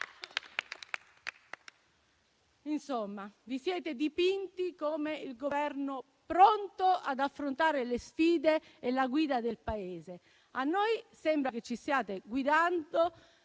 Vi siete dipinti come il Governo pronto ad affrontare le sfide e la guida del Paese, ma a noi sembra che ci stiate guidando